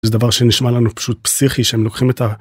זה דבר שנשמע לנו פשוט פסיכי שהם לוקחים את ה